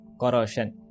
corrosion